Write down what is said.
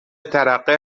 ترقه